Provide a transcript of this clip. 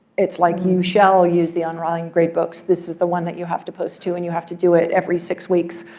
it's like, you shall use the online grade books. this is the one that you have to post to. and you have to do it every six weeks.